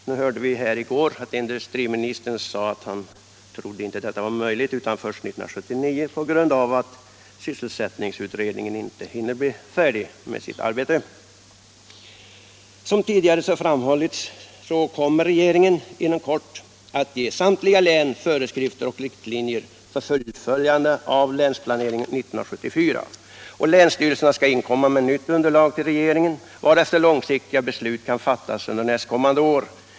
Nu hörde vi i går att industriministern inte trodde detta var möjligt förrän 1979, på grund av att sysselsättningsutredningen inte hinner bli färdig med sitt arbete. Som tidigare framhållits kommer regeringen inom kort att ge samtliga län föreskrifter och riktlinjer för fullföljande av länsplanering 1974. Länsstyrelserna skall inkomma med nytt underlag till regeringen, varefter långsiktiga beslut kan fattas under nästkommande år.